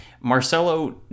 Marcelo